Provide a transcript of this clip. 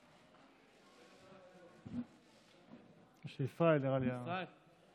בבקשה, אדוני, עד שלוש דקות.